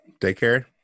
daycare